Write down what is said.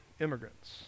immigrants